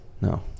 no